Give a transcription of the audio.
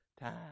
time